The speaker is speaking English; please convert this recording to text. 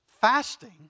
fasting